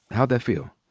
how'd that feel?